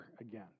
again